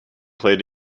played